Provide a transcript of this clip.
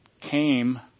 came